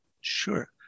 Sure